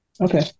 Okay